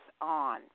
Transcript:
on